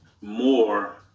more